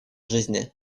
жизни